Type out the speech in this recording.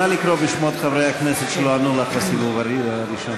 נא לקרוא בשמות חברי הכנסת שלא ענו לך בסיבוב הראשון.